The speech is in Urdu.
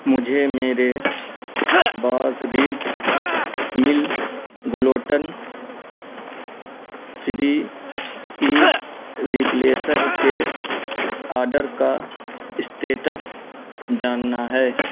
مجھے میرے Bob's Red Mill gluten free egg replacer کے آرڈر کا اسٹیٹس جاننا ہے